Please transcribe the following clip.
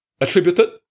attributed